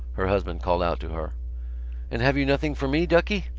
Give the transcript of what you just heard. her husband called out to her and have you nothing for me, duckie?